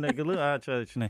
negalu a čia žinai